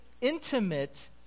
intimate